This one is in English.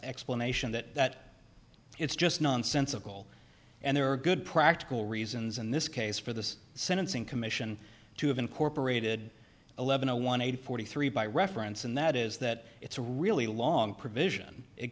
explanation that that it's just nonsensical and there are good practical reasons in this case for the sentencing commission to have incorporated eleven a one hundred forty three by reference and that is that it's a really long provision it